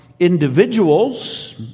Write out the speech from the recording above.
individuals